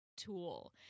Tool